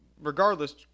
regardless